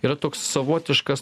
yra toks savotiškas